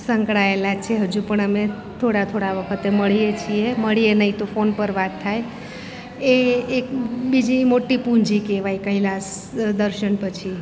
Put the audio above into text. સંકળાયેલા છે હજુ પણ અમે થોડા થોડા વખતે મળીએ છીએ મળીએ નહીં તો ફોન પર વાત થાય એ એક બીજી મોટી પૂંજી કહેવાય કૈલાસ દર્શન પછી